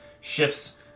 shifts